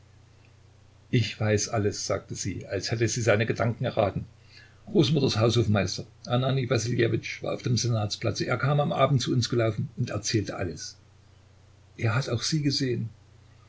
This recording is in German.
ich weiß alles sagte sie als hätte sie seinen gedanken erraten großmutters haushofmeister ananij wassiljewitsch war auf dem senatsplatze er kam am abend zu uns gelaufen und erzählte alles er hat auch sie gesehen